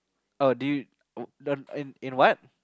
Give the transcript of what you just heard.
oh do you oh in in what